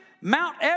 Mount